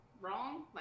wrong